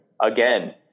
Again